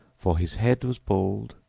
for his head was bald,